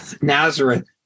Nazareth